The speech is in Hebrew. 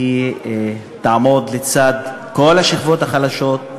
תעמוד לצד כל השכבות החלשות,